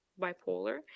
bipolar